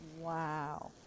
wow